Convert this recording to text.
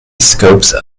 scopes